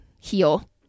heal